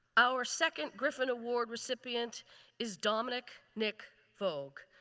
our second griffin award recipient is dominic nic vogue.